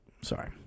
Sorry